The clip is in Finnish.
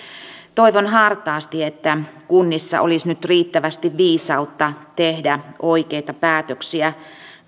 toivon hartaasti että kunnissa olisi nyt riittävästi viisautta tehdä oikeita päätöksiä